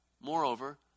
Moreover